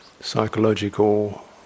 psychological